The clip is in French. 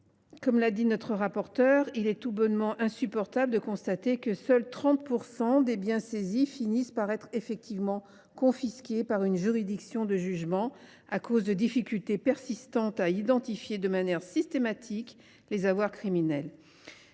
travail. Mes chers collègues, il est tout bonnement insupportable de constater que seuls 30 % des biens saisis finissent par être effectivement confisqués par une juridiction de jugement, à cause de difficultés persistantes à identifier, de manière systématique, les avoirs criminels.